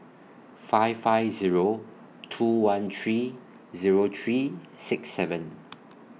five five Zero two one three Zero three six seven